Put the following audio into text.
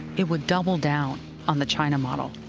it would double down on the china model.